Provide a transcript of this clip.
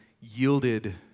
yielded